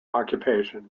occupation